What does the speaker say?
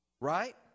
Right